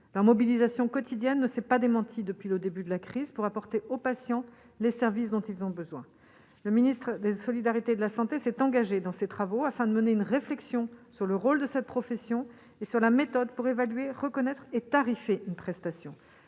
de la mobilisation quotidienne ne s'est pas démentie depuis le début de la crise pour apporter aux patients les services dont ils ont besoin, le ministre des solidarités, de la Santé s'est engagé dans ses travaux afin de mener une réflexion sur le rôle de cette profession et sur la méthode pour évaluer reconnaître et tarifée, une prestation,